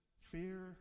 fear